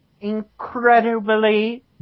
incredibly